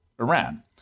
Iran